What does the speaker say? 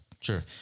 Sure